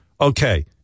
okay